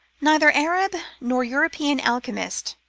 neither arab nor european alchemist,